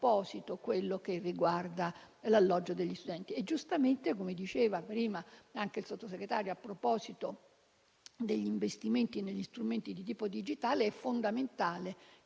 composito quello che riguarda l'alloggio degli studenti. Giustamente, come diceva prima il sottosegretario De Cristofaro a proposito degli investimenti in strumenti di tipo digitale, è fondamentale